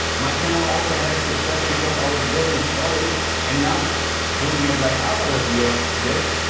my channel also had a success because i was building stories and not doing it like other reviewers did.